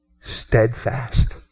Steadfast